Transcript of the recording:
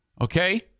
Okay